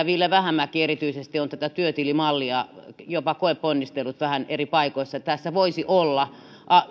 ville vähämäki on tätä työtilimallia jopa koeponnistellut vähän eri paikoissa voisi olla